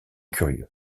curieux